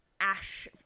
Ash